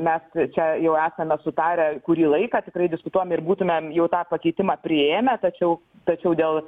mes čia jau esame sutarę kurį laiką tikrai diskutuojam ir būtumėm jau tą pakeitimą priėmę tačiau tačiau dėl